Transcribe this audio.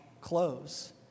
clothes